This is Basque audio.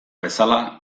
bezala